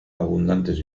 abundantes